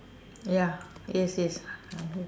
ya yes yes okay